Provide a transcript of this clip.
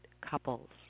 couples